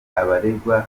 abaregwa